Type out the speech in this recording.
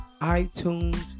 iTunes